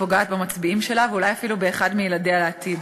פוגעת במצביעים שלה ואולי אפילו באחד מילדיה לעתיד.